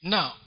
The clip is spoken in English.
Now